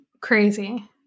crazy